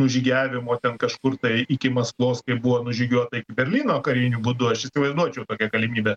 nužygiavimo ten kažkur tai iki maskvos kaip buvo nužygiuota iki berlyno kariniu būdu aš įsivaizduočiau tokią galimybę